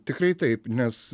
tikrai taip nes